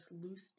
loose